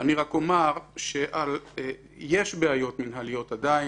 אני רק אומר שיש בעיות מנהליות עדין